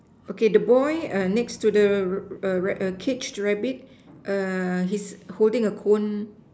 okay the boy err next to the rab~ err caged rabbits err he's holding a cone